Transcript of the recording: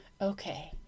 Okay